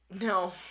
no